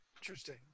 Interesting